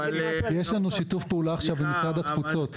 יש לנו שיתוף פעולה עכשיו עם משרד התפוצות.